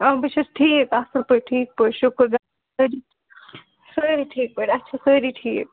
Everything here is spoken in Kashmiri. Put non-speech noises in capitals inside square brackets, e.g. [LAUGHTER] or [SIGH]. آ بہٕ چھَس ٹھیٖک اَصٕل پٲٹھۍ ٹھیٖک پٲٹھۍ شُکُر [UNINTELLIGIBLE] سٲری ٹھیٖک پٲٹھۍ اَتہِ چھےٚ سٲری ٹھیٖک